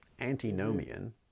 antinomian